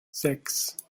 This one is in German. sechs